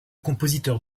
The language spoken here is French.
compositeur